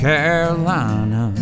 Carolina